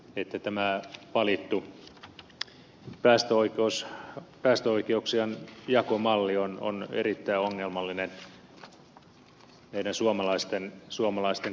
nyt itämään pali kiistatonta että tämä valittu päästöoikeuksien jakomalli on erittäin ongelmallinen meidän suomalaisten kannalta